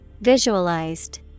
Visualized